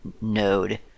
node